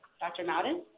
dr. mouden?